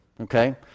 okay